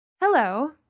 Hello